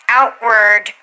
outward